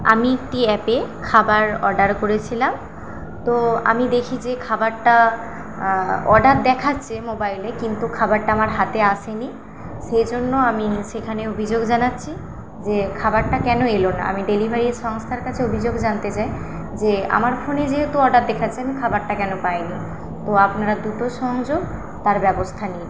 আমি একটি অ্যাপে খাবার অর্ডার করেছিলাম তো আমি দেখি যে খাবারটা অর্ডার দেখাচ্ছে মোবাইলে কিন্তু খাবারটা আমার হাতে আসেনি সেই জন্য আমি সেখানে অভিযোগ জানাচ্ছি যে খাবারটা কেন এলো না আমি ডেলিভারি সংস্থার কাছে অভিযোগ জানতে চাই যে আমার ফোনে যেহেতু অর্ডার দেখাচ্ছে আমি খাবারটা কেন পাই নি তো আপনারা দ্রুত সংযোগ তার ব্যবস্থা নিন